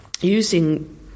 using